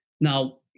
Now